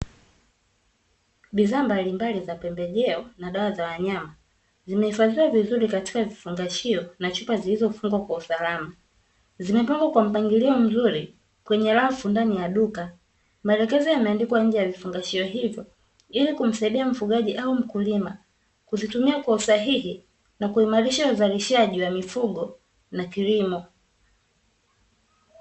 Bidhaa mbalimbali za pembejeo na dawa za wanyama, zimehifadhiwa vizuri katika vifungashio na chupa zilizofungwa kwa usalama. Zimepangwa kwa mpangilio mzuri kwenye rafu ndani ya duka; maelekezo yameandikwa nje ya vifungashio hivyo ili kumsaidia mfugaji au mkulima kuzitumia kwa usahihi, na kuimarisha uzalishaji wa mifugo na kilimo.